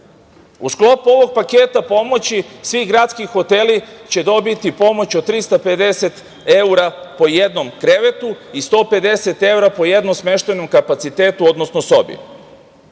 sklopu ovog paketa pomoći svi gradski hoteli će dobiti pomoć od 350 evra po jednom krevetu i 150 evra po jednom smeštajnom kapacitetu, odnosno